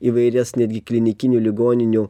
įvairias netgi klinikinių ligoninių